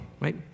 right